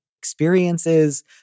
experiences